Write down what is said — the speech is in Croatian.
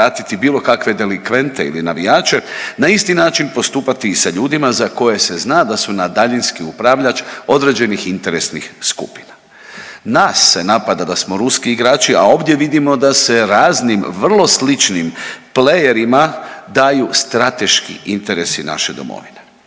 bilo kakve delikvente ili navijače na isti način postupati i sa ljudima za koje se zna da su na daljinski upravljač određenih interesnih skupina. Nas se napada da smo ruski igrači, a ovdje vidimo da se raznim vrlo sličnim playerima daju strateški interesi naše domovine.